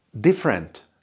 different